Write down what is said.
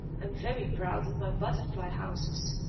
i am very proud of my butterfly-houses.